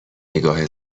نگاه